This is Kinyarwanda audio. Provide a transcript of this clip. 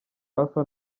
alpha